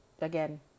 again